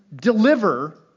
deliver